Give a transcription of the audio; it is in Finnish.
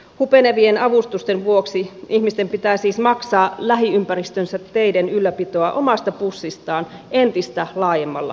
hupenevien avustusten vuoksi ihmisten pitää siis maksaa lähiympäristönsä teiden ylläpitoa omasta pussistaan entistä laajemmalla alueella